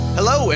Hello